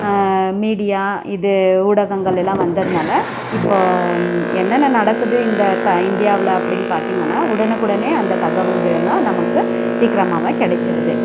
media இது ஊடகங்கள் எல்லாம் வந்ததினால இப்போது என்னென்ன நடக்குது இந்த த இந்தியாவில் அப்படின்னு பார்த்திங்கனா உடனுக்குடனே அந்த தகவல்கள் எல்லாம் நமக்கு சீக்கிரமாக கிடச்சிருது